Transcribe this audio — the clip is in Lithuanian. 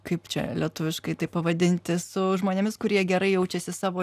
kaip čia lietuviškai tai pavadinti su žmonėmis kurie gerai jaučiasi savo